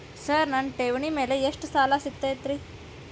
Sir ನನ್ನ ಠೇವಣಿ ಮೇಲೆ ಎಷ್ಟು ಸಾಲ ಸಿಗುತ್ತೆ ರೇ?